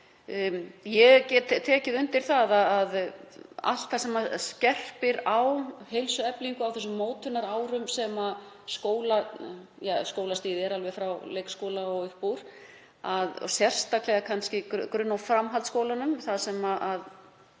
ég get tekið undir það að allt það sem skerpir á heilsueflingu á þeim mótunarárum sem skólastigið spannar, alveg frá leikskóla og upp úr, sérstaklega kannski á grunn- og framhaldsskólastiginu þar sem